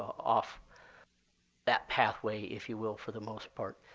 off that pathway, if you will, for the most part.